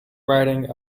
riding